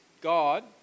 God